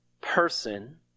person